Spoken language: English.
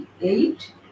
eight